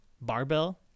Barbell